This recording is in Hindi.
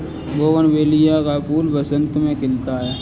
बोगनवेलिया का फूल बसंत में खिलता है